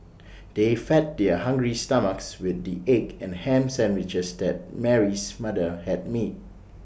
they fed their hungry stomachs with the egg and Ham Sandwiches that Mary's mother had made